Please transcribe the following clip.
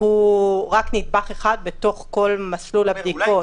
הוא רק נדבך אחד בתוך כל מסלול הבדיקות.